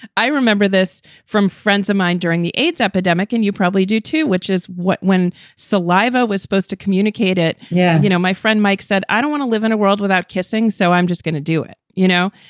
i remember this from friends of mine during the aids epidemic. and you probably do, too, which is what when saliva was supposed to communicate it. yeah you know, my friend mike said, i don't want to live in a world without kissing, so i'm just gonna do it, you know,